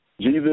Jesus